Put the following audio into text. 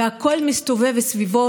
והכול מסתובב סביבו,